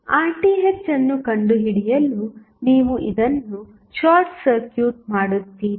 2538 slide time Rth ಅನ್ನು ಕಂಡುಹಿಡಿಯಲು ನೀವು ಇದನ್ನು ಶಾರ್ಟ್ ಸರ್ಕ್ಯೂಟ್ ಮಾಡುತ್ತೀರಿ